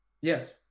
Yes